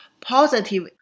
positive